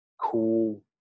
cool